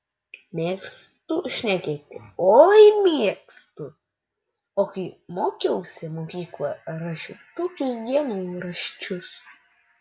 mėgstu šnekėti oi mėgstu o kai mokiausi mokykloje rašiau tokius dienoraščius